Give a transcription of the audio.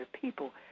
people